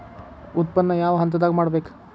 ಉತ್ಪನ್ನ ಯಾವ ಹಂತದಾಗ ಮಾಡ್ಬೇಕ್?